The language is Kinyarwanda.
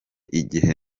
igihe